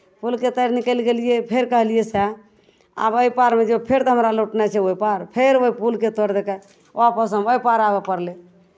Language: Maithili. पुलके तर निकलि गेलियै फेर कहलियै सएह आब एहिपारमे जे ओ फेर हमरा लौटनाइ छै ओहिपार फेर ओहि पुलके तर दऽ कऽ वापस हम एहि पार आबय पड़लै